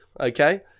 okay